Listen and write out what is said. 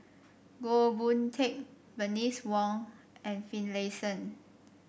Goh Boon Teck Bernice Wong and Finlayson